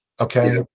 okay